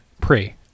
Pre